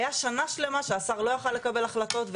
היתה שנה שלמה שהשר לא היה יכול לקבל החלטות.